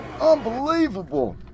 Unbelievable